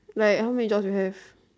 like how many jobs you have